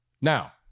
Now—